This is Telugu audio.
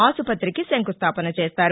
ఆసుపత్రికి శంకుస్గాపన చేస్తారు